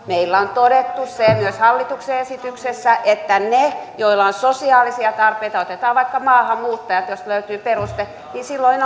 meillä on todettu se myös hallituksen esityksessä että ne joilla on sosiaalisia tarpeita otetaan vaikka maahanmuuttajat jos löytyy peruste ovat silloin